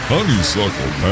Honeysuckle